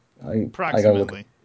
Approximately